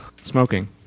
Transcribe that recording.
smoking